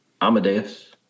Amadeus